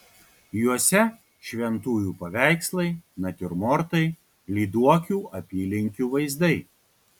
juose šventųjų paveikslai natiurmortai lyduokių apylinkių vaizdai